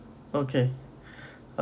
okay